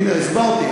הנה, הסברתי.